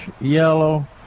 yellow